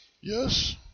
Yes